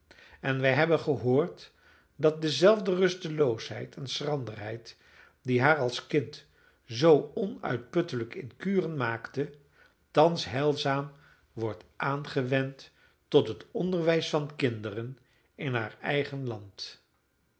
en wij hebben gehoord dat dezelfde rusteloosheid en schranderheid die haar als kind zoo onuitputtelijk in kuren maakten thans heilzaam worden aangewend tot het onderwijs van kinderen in haar eigen land